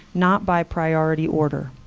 not by priority order.